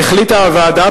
החליטה הוועדה,